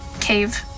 cave